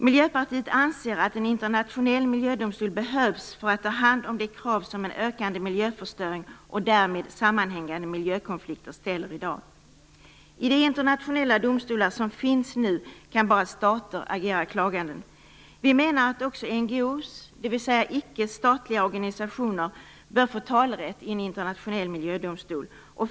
Miljöpartiet anser att en internationell miljödomstol behövs för att ta hand om de krav som en ökande miljöförstöring och därmed sammanhängande miljökonflikter ställer i dag. I de internationella domstolar som finns nu kan bara stater agera klagande. Vi menar att också icke statliga organisationer, NGO:er, bör få talerätt i en internationell miljödomstol.